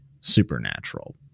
supernatural